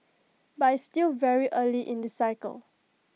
but it's still very early in the cycle